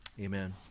Amen